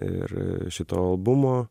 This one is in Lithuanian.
ir šito albumo